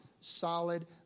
solid